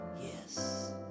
Yes